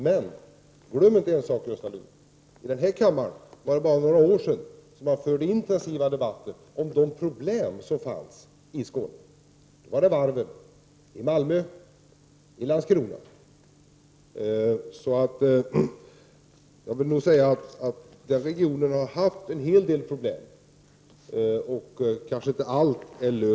Men glöm inte, Gösta Lyngå, att det är bara några år sedan som man förde intensiva debatter i kammaren om de problem som fanns i Skåne. Då var det varven i Malmö och Landskrona man diskuterade. Den regionen har nog haft en hel del problem, och alla är kanske inte lösta ännu.